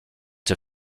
the